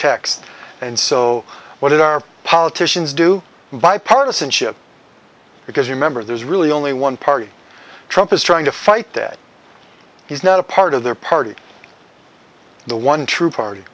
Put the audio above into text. text and so what our politicians do bipartisanship because remember there's really only one party trump is trying to fight that he's not a part of their party the one true party